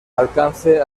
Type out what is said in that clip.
alcance